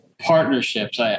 Partnerships